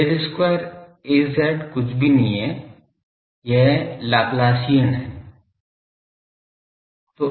Del square Az कुछ भी नहीं है यह लाप्लासियन है